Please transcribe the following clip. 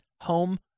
home